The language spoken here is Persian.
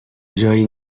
جایی